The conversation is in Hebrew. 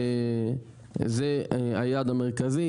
וזה היעד המרכזי.